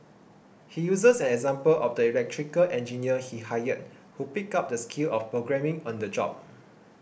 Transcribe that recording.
he uses an example of the electrical engineers he hired who picked up the skill of programming on the job